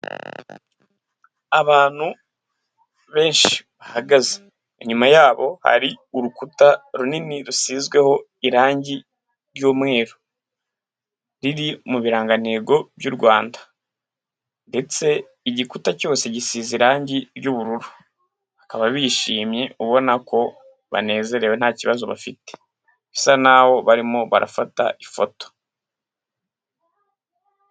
Abantu benshi bahagaze. Inyuma yabo hari urukuta runini rusizweho irangi ry'umweru, riri mu birangantego by'u Rwanda ndetse igikuta cyose gisize irangi ry'ubururu. Bakaba bishimye ubona ko banezerewe ntakibazo bafite. Bisa naho barimo barafata ifoto.